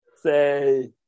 say